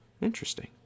Interesting